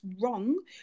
wrong